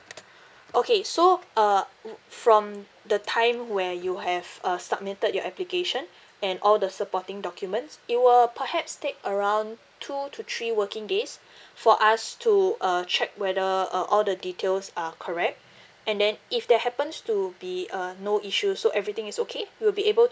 okay so uh wou~ from the time where you have uh submitted your application and all the supporting documents it will perhaps take around two to three working days for us to uh check whether uh all the details are correct and then if there happens to be uh no issue so everything is okay we'll be able